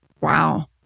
Wow